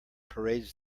parades